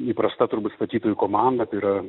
įprasta turbūt statytojų komanda tai yra